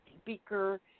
speaker